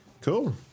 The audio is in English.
Cool